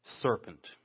serpent